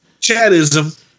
Chadism